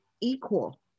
equal